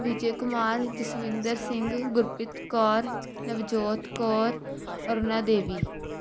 Vijay Kumar Jaswinder Singh Gurpreet Kaur Navjot Kaur Aruna Devi